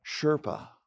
Sherpa